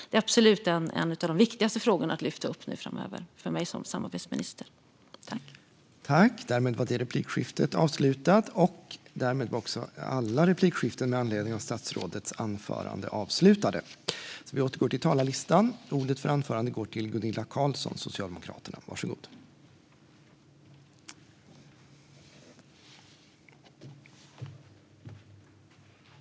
Det är absolut en av de viktigaste frågorna för mig som samarbetsminister att lyfta upp framöver.